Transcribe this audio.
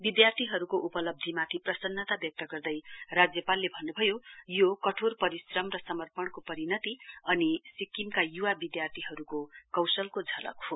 विधार्थीहरुको उपलब्धीमाथि प्रसन्नता वयक्त गर्दै राज्यपालले भन्नभयो यो कठोर परिश्रम र समपर्णको परिणति अनि सिक्किमका युवा विधार्थीहरुको कोशलको झलक हो